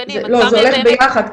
עד כמה הם באמת --- זה הולך ביחד,